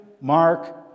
Mark